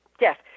yes